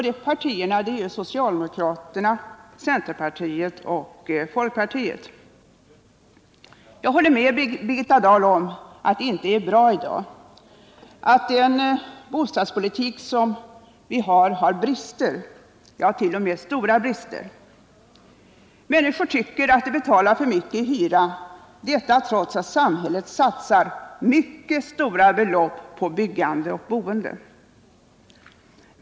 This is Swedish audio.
De partierna är socialdemokraterna, centerpartiet och folkpartiet. Jag håller med Birgitta Dahl om att det inte är bra i dag och att den bostadspolitik som vi har är behäftad med brister, ja, t.o.m. stora brister. Människor tycker att de betalar för mycket i hyra, trots att samhället satsar mycket stora belopp på byggande och boende.